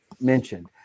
mentioned